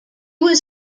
was